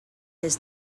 his